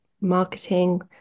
marketing